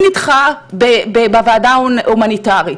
אדם שנדחה בוועדה ההומניטארית,